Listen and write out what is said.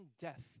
death